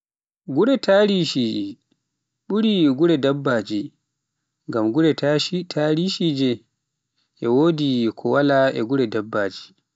Gure tarishiije buri gure dabbaji, ngam gure tarishiji e wodi ko wala a gure dabbaji.